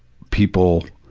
people,